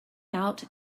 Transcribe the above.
out